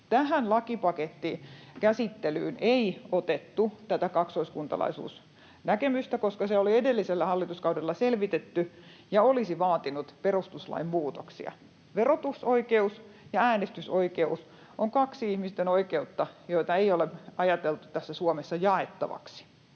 Tähän lakipakettikäsittelyyn ei otettu tätä kaksoiskuntalaisuusnäkemystä, koska se selvitettiin edellisellä hallituskaudella ja olisi vaatinut perustuslain muutoksia. Verotusoikeus ja äänestysoikeus ovat kaksi sellaista ihmisten oikeutta, joita ei ole ajateltu Suomessa jaettavaksi